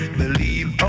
believe